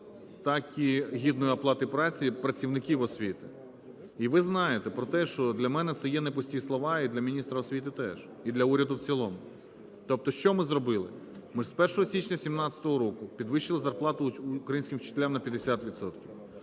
так і гідної оплати праці працівників освіти. І ви знаєте про те, що для мене це є непусті слова і для міністра освіти теж, і для уряду в цілому. Тобто що ми зробили? Ми з 1 січня 17-го року підвищили зарплату українським вчителям на 50